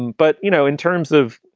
but, you know, in terms of